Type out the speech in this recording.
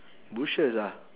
bushes ah